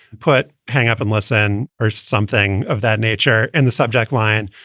put hang up and listen or something of that nature and the subject line.